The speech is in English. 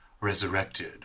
resurrected